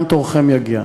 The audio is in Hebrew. גם תורכם יגיע.